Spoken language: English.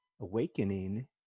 awakening